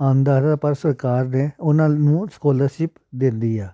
ਆਉਂਦਾ ਪਰ ਸਰਕਾਰ ਦੇ ਉਹਨਾਂ ਨੂੰ ਸਕਾਲਰਸ਼ਿਪ ਦਿੰਦੀ ਆ